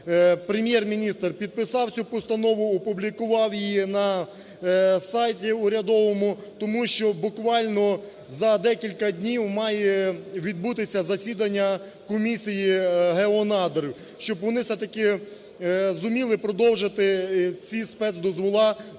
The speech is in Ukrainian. Прем'єр-міністр підписав цю постанову, опублікував її на сайті урядовому. Тому що буквально за декілька днів має відбутися засідання комісії Геонадр, щоб вони все-таки зуміли продовжити ці спецдозволи